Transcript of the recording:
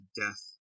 death